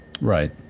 Right